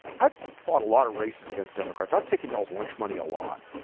i've bought a lot of races against democrats i've taken your lunch money a lot